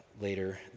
later